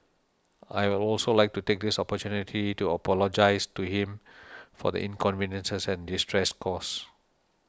I will also like to take this opportunity to apologise to him for the inconveniences and distress caused